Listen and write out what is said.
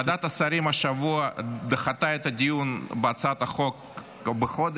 ועדת השרים דחתה השבוע את הדיון בהצעה החוק בחודש,